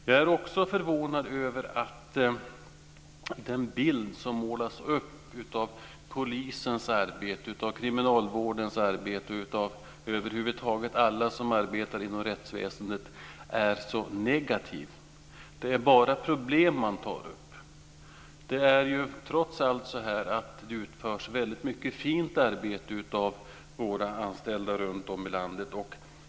Jag är också förvånad över att den bild som målas upp av polisens arbete, av kriminalvårdens arbete och av alla som över huvud taget arbetar inom rättsväsendet är så negativ. Det är bara problem man tar upp. Det är trots allt så att det utförs väldigt mycket fint arbete av våra anställda runtom i landet.